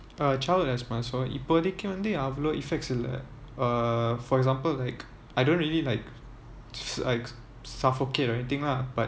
uh childhood asthma so இப்போதைக்கு வந்து அவ்ளோ:ippothaiku vanthu avlo effects இல்ல:illa err for example like I don't really like s~ like suffocate or anything lah but